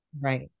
Right